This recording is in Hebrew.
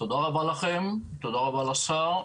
תודה רבה לכם, תודה רבה לשר.